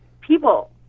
people